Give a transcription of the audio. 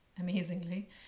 amazingly